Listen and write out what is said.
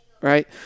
right